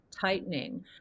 tightening